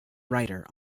writer